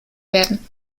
werden